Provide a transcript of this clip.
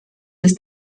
ist